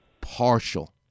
partial